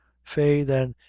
faix, then,